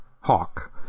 hawk